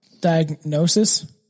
Diagnosis